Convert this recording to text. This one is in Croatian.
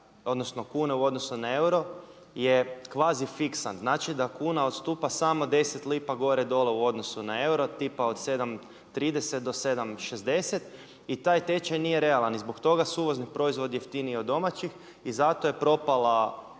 odnosno kune u odnosu na euro je kvazi fiksan. Znači da kuna odstupa samo 10 lipa gore, dole u odnosu na euro. Tipa od 7,30 do 7,60 i taj tečaj nije realan i zbog toga su uvozni proizvodi jeftiniji od domaćih i zato je propala